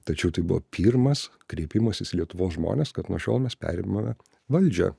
tačiau tai buvo pirmas kreipimasis į lietuvos žmones kad nuo šiol mes perimame valdžią